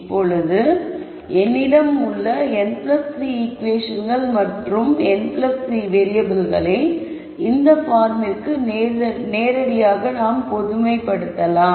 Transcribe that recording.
இப்பொழுது என்னிடம் உள்ள n3 ஈகுவேஷன்கள் மற்றும் n 3 வேறியபிள்களை இந்த பார்மிற்கு நேரடியாக பொதுமைப்படுத்தப்படலாம்